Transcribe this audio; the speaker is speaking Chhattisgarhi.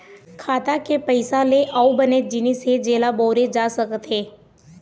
खाता के पइसा ले अउ बनेच जिनिस हे जेन ल बउरे जा सकत हे